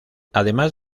además